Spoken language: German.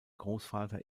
großvater